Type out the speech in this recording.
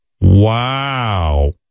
Wow